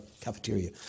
cafeteria